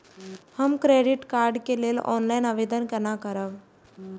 हम credit card के लेल ऑनलाइन आवेदन केना करब?